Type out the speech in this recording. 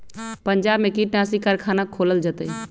पंजाब में कीटनाशी कारखाना खोलल जतई